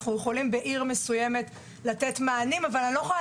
אנחנו יכולים לתת מענים בעיר מסוימת אבל אני לא יכולה